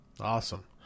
Awesome